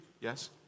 Yes